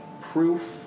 proof